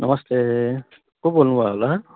नमस्ते को बोल्नुभयो होला